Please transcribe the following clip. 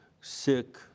sick